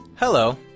Hello